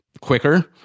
quicker